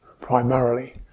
primarily